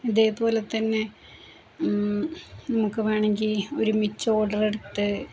ഇതേപോലെ തന്നെ നമുക്കു വേണമെങ്കില് ഒരു മിച്ച ഓർഡർ എടുത്ത്